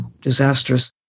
disastrous